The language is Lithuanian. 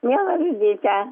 miela liudyte